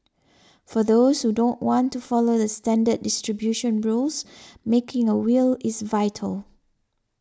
for those who don't want to follow the standard distribution rules making a will is vital